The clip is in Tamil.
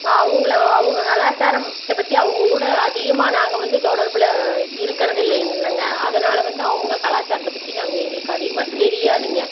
அவங்கள அவங்க கலாச்சாரத்த பற்றி அவங்க கூட அதிகமாக நாங்கள் வந்து தொடர்பில் இருக்கிறதில்லேங்கில்லங்க அதனால் வந்து அவங்க கலாச்சாரத்தை பற்றி நாங்கள் எங்களுக்கு அதிகமாக தெரியாதுங்க